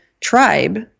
tribe